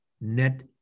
net